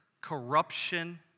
corruption